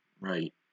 right